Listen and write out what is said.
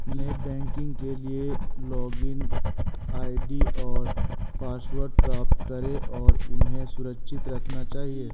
net banking के लिए login ID और पासवर्ड प्राप्त करें और उन्हें सुरक्षित रखना चहिये